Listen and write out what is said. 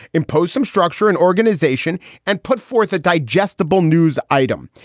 impose some structure and organization and put forth a digestible news item.